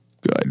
Good